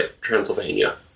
Transylvania